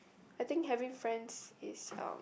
I think having friends is uh